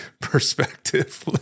perspective